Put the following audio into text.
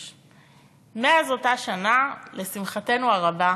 מאז אותה שנה, לשמחתנו הרבה,